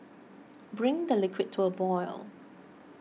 bring the liquid to a boil